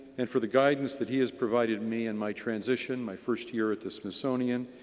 and for the guidance that he has provided me in my transition my first year at the smithsonian,